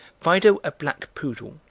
fido a black poodle,